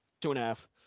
Two-and-a-half